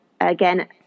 again